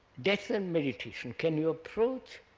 death and meditation, can you approach